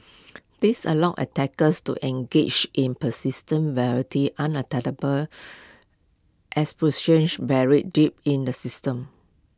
this allows attackers to engage in persistent variety espionage buried deep in the system